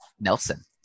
Nelson